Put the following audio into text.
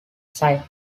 sire